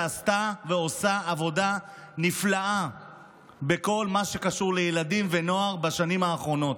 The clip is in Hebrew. שעשתה ועושה עבודה נפלאה בכל מה שקשור לילדים ונוער בשנים האחרונות.